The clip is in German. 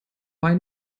bei